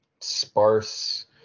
sparse